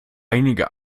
einige